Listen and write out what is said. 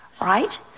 right